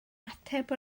ateb